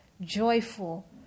joyful